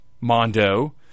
Mondo